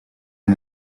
and